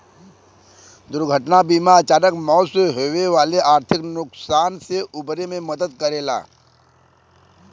दुर्घटना बीमा अचानक मौत से होये वाले आर्थिक नुकसान से उबरे में मदद करला